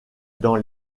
dans